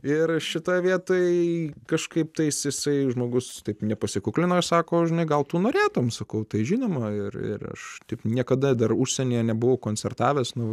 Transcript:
ir šitoje vietoj kažkaip tais jisai žmogus taip nepasikuklino ir sako žinai gal tu norėtum sakau tai žinoma ir aš taip niekada dar užsienyje nebuvau koncertavęs nors